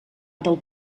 del